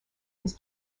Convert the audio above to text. his